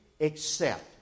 accept